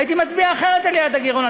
הייתי מצביע אחרת על יעד הגירעון.